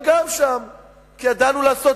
אדוני.